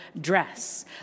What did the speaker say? dress